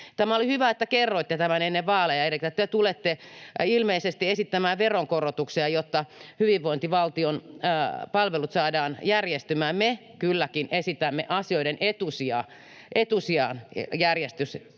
Tämä oli hyvä, että kerroitte tämän ennen vaaleja, elikkä te tulette ilmeisesti esittämään veronkorotuksia, jotta hyvinvointivaltion palvelut saadaan järjestymään. Me kylläkin esitämme asioiden etusijajärjestykseen